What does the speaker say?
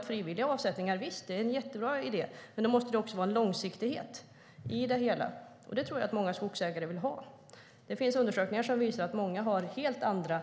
Frivilliga avsättningar är en jättebra idé. Men det måste också vara en långsiktighet i det hela. Det tror jag att många skogsägare vill ha. Det finns undersökningar som visar att många har helt andra